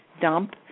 dump